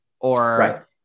or-